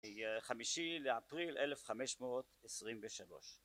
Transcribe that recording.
חמישי לאפריל אלף חמש מאות עשרים ושלוש